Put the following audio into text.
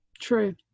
True